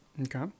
Okay